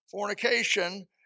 fornication